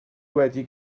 wedi